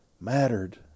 mattered